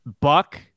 Buck